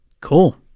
Cool